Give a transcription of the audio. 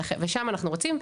ושם אנחנו רוצים,